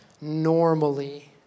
normally